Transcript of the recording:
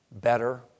better